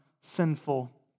sinful